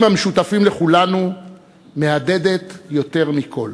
המשותפים לכולנו מהדהדת יותר מכול.